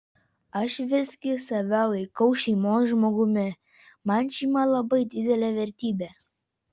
aš visgi save laikau šeimos žmogumi man šeima labai didelė vertybė